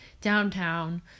downtown